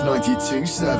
92.7